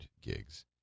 gigs